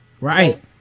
Right